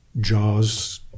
jaws